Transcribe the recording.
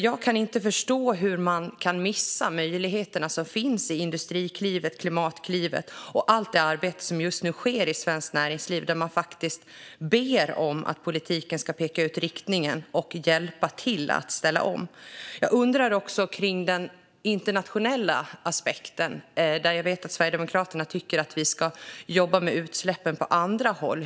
Jag kan inte förstå hur man kan missa de möjligheter som finns i Industriklivet och Klimatklivet och i allt det arbete som just nu sker inom svenskt näringsliv, där man faktiskt ber om att politiken ska peka ut riktningen och hjälpa till med omställningen. Jag undrar också kring den internationella aspekten. Jag vet att Sverigedemokraterna tycker att vi ska jobba med utsläppen på andra håll.